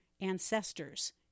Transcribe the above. ancestors